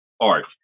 art